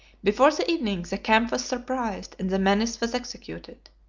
before the evening, the camp was surprised, and the menace was executed.